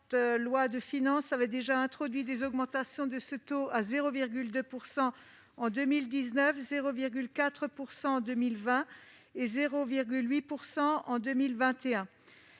Les précédentes lois de finances avaient déjà introduit des augmentations de ce taux à 0,2 % en 2019, à 0,4 % en 2020 et à 0,8 % en 2021.